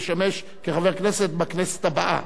לשמש חבר כנסת בכנסת הבאה.